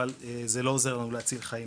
אבל זה לא עוזר לנו להציל חיים.